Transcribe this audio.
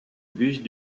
bus